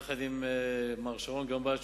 יחד עם מר שרון גמבשו,